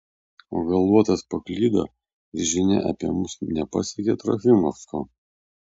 o gal luotas paklydo ir žinia apie mus nepasiekė trofimovsko